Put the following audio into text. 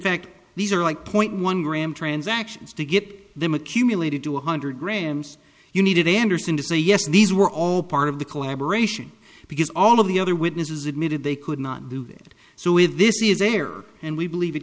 fact these are like point one gram transactions to get them accumulated two hundred grams you needed anderson to say yes these were all part of the collaboration because all of the other witnesses admitted they could not do that so with this is there and we believe it